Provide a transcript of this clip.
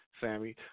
Sammy